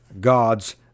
God's